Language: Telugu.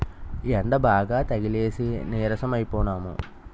యెండబాగా తగిలేసి నీరసం అయిపోనము